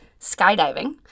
skydiving